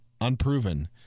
unproven